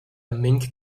mink